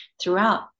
throughout